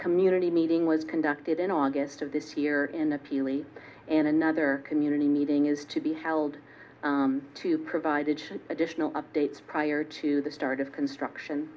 community meeting was conducted in august of this year in the pili and another community meeting is to be held to provided additional updates prior to the start of construction